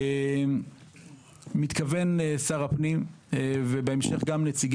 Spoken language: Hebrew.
מתכוון שר הפנים בימים